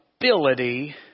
ability